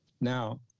Now